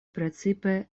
precipe